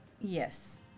yes